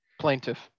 Plaintiff